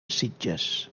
sitges